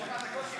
שבע דקות קיבלת.